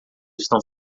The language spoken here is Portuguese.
estão